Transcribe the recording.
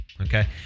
okay